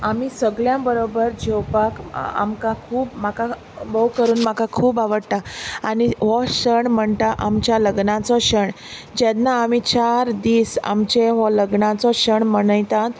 आमी सगळ्यां बरोबर जेवपाक आमकां खूब म्हाका भोव करून म्हाका खूब आवडटा आनी हो क्षण म्हणटा आमच्या लग्नाचो क्षण जेन्ना आमी चार दीस आमचे हो लग्नाचो क्षण मनयतात